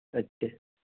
پچیس